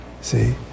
See